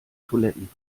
toiletten